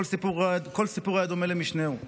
כל סיפור היה דומה למשנהו,